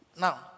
Now